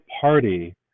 Party